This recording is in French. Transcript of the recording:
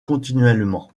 continuellement